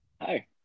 Hi